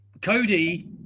Cody